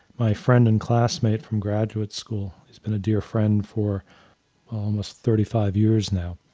my friend and classmate from graduate school. he's been a dear friend for almost thirty five years now.